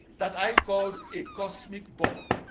that i called a cosmic ball.